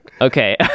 Okay